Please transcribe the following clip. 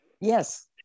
Yes